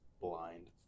blind